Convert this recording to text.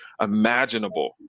imaginable